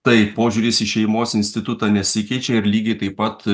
taip požiūris į šeimos institutą nesikeičia ir lygiai taip pat